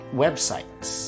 websites